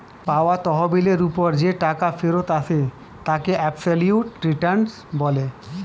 পাওয়া তহবিলের ওপর যেই টাকা ফেরত আসে তাকে অ্যাবসোলিউট রিটার্ন বলে